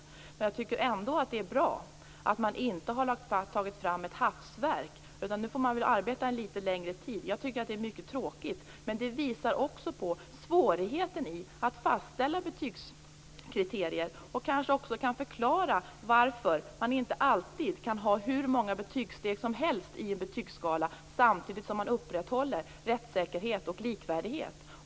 Men jag tycker ändå att det är bra att man inte har tagit fram ett hafsverk. Nu får man arbeta en litet längre tid. Det är tråkigt, men det visar också på svårigheten i att fastställa betygskriterier. Det kanske också kan förklara varför man inte alltid kan ha hur många betygssteg som helst i en betygsskala, samtidigt som man upprätthåller rättssäkerhet och likvärdighet.